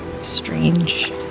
strange